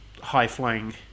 high-flying